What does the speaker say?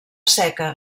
seca